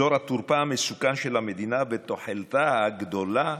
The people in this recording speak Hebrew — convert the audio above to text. אזור התורפה המסוכן של המדינה ותוחלתה הגדולה.